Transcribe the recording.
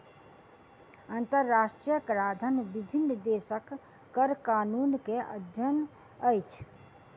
अंतरराष्ट्रीय कराधन विभिन्न देशक कर कानून के अध्ययन अछि